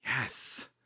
Yes